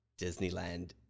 Disneyland